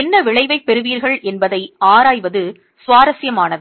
என்ன விளைவைப் பெறுவீர்கள் என்பதை ஆராய்வது சுவாரஸ்யமானது